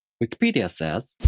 wikipedia says,